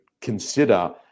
consider